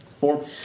Four